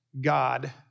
God